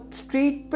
street